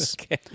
Okay